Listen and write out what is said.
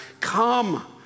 come